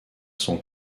son